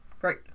Great